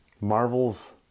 Marvel's